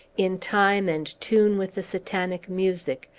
in time and tune with the satanic music,